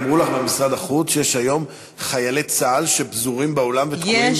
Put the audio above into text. אמרו לך ממשרד החוץ שיש היום חיילי צה"ל שפזורים בעולם ותקועים?